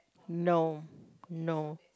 no